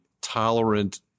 tolerant